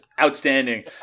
outstanding